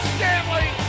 Stanley